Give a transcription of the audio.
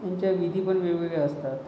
यांच्या विधी पण वेगवेगळ्या असतात